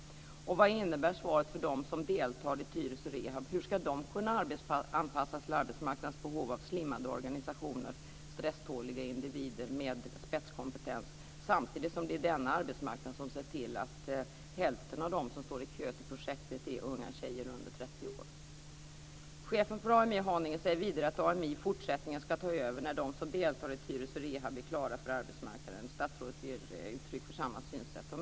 Och vad innebär svaret för dem som deltar i Tyresö Rehab? Hur ska de kunna arbetsplatsanpassas till arbetsmarknadens behov av slimmade organisationer och stresståliga individer med spetskompetens, samtidigt som det är denna arbetsmarknad som ser till att hälften av dem som står i kö till projektet är unga tjejer under 30 år? Chefen för AMI i Haninge säger vidare att AMI i fortsättningen ska ta över när de som deltar i Tyresö Rehab är klara för arbetsmarknaden, och statsrådet ger uttryck för samma synsätt.